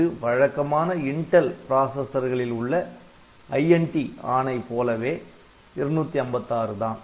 இது வழக்கமான Intel processor களில் உள்ள INT ஆணை போலவே 256 தான்